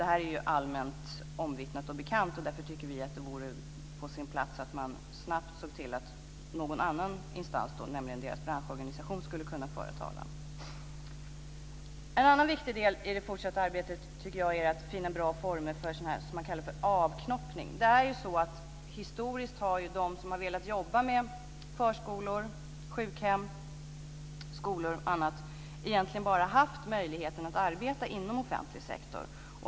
Detta är allmänt bekant och omvittnat, och det vore på sin plats att snabbt se till att någon annan instans, nämligen branschorganisationen, skulle kunna föra talan. Jag tycker att en annan viktig del i det fortsatta arbetet skulle vara att finna former för avknoppning. Historiskt har de som har velat jobba med förskolor, sjukhem, skolor o.d. egentligen bara haft möjlighet att arbeta inom offentlig sektor.